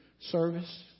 service